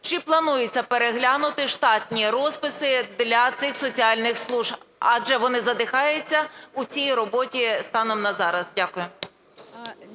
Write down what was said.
Чи планується переглянути штатні розписи для цих соціальних служб, адже вони задихаються у цій роботі станом на зараз? Дякую.